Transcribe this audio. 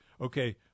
Okay